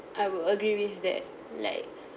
I would agree with that like